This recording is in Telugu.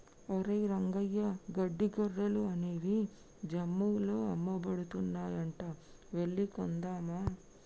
ఒరేయ్ రంగయ్య గడ్డి గొర్రెలు అనేవి జమ్ముల్లో అమ్మబడుతున్నాయంట వెళ్లి కొందామా